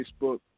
Facebook